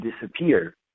disappear